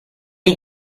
est